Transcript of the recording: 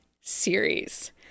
series